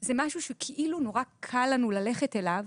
זה משהו שכאילו נורא קל לנו ללכת אליו,